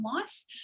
life